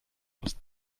aus